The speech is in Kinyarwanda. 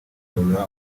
kugarura